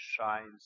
shines